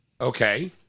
Okay